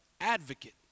advocate